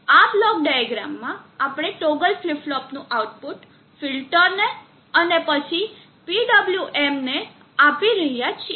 આ બ્લોક ડાયાગ્રામમાં આપણે ટોગલ ફ્લિપ ફ્લોપ નું આઉટપુટ ફિલ્ટરને અને પછી PWM આપી રહ્યા છીએ